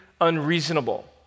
unreasonable